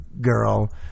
girl